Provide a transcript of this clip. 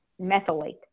methylate